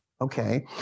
Okay